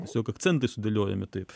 tiesiog akcentai sudėliojami taip